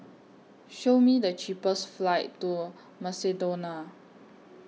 Show Me The cheapest flights to Macedonia